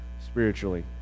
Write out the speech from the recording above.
spiritually